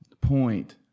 point